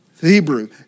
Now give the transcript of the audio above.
Hebrew